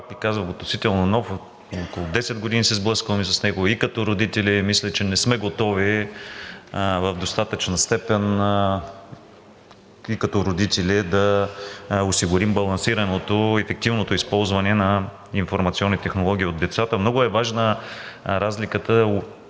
казвам, относително нов е, около 10 години се сблъскваме с него, мисля, че не сме готови в достатъчна степен и като родители да осигурим балансираното, ефективното използване на информационни технологии от децата. Много е важна разликата